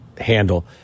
handle